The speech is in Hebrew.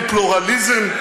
וזה כמובן איננו פלורליזם,